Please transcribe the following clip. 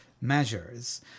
measures